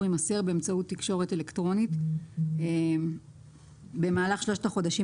יימסר באמצעות תקשורת אלקטרונית במהלך שלושת החודשים